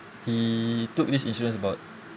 he took this insurance about